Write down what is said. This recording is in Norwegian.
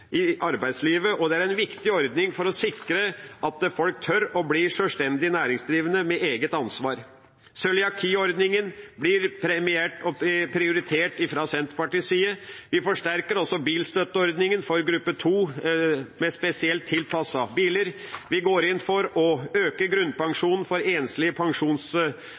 i arbeidslivet. Det er en viktig ordning for å sikre at folk tør å bli sjølstendig næringsdrivende med eget ansvar. Cøliaki-ordningen blir prioritert fra Senterpartiets side. Vi forsterker også bilstøtteordningen for gruppe 2 med spesielt tilpassede biler. Vi går inn for å øke grunnpensjonen for enslige